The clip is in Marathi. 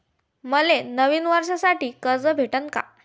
मले नवीन वर्षासाठी कर्ज भेटन का?